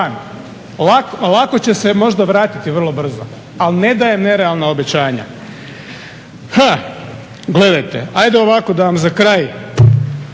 Lako će se možda vratiti vrlo brzo, ali ne dajem nerealna obećanja. Gledajte, hajde ovako da vam za kraj.